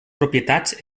propietats